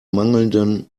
mangelnden